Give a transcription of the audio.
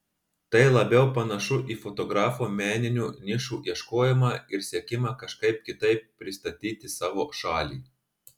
tai labiau panašu į fotografo meninių nišų ieškojimą ir siekimą kažkaip kitaip pristatyti savo šalį